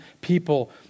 people